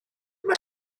mae